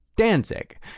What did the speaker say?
Danzig